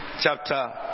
chapter